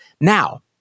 Now